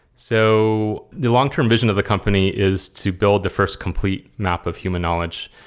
so the long-term vision of the company is to build the first complete map of human knowledge.